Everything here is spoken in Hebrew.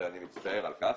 ואני מצטער על כך,